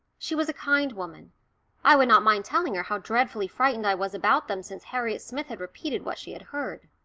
she was a kind woman i would not mind telling her how dreadfully frightened i was about them since harriet smith had repeated what she had heard.